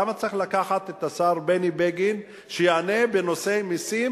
למה צריך לקחת את השר בני בגין שיענה בנושא מסים,